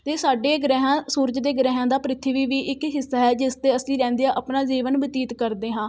ਅਤੇ ਸਾਡੇ ਗ੍ਰਹਿਆਂ ਸੂਰਜ ਦੇ ਗ੍ਰਹਿਆਂ ਦਾ ਪ੍ਰਿਥਵੀ ਵੀ ਇੱਕ ਹਿੱਸਾ ਹੈ ਜਿਸ 'ਤੇ ਅਸੀਂ ਰਹਿੰਦੇ ਆ ਆਪਣਾ ਜੀਵਨ ਬਤੀਤ ਕਰਦੇ ਹਾਂ